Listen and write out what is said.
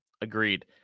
Agreed